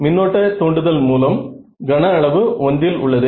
மின்னோட்ட தூண்டுதல் மூலம் கன அளவு 1 இல் உள்ளது